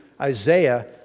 Isaiah